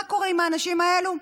מה קורה עם האנשים האלו?